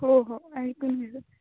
हो हो ऐकून